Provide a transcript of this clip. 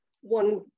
one